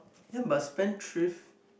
ya but spendthrift